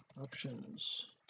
options